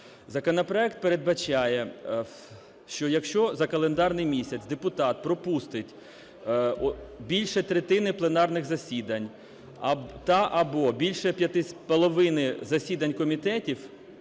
Законопроект передбачає, що, якщо за календарний місяць депутат пропустить більше третини пленарних засідань та/або більше половини засідань комітетів